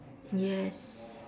yes